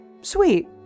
Sweet